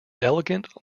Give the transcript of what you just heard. elegant